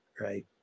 right